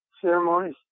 ceremonies